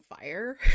fire